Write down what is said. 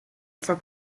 for